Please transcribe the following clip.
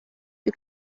you